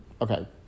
Okay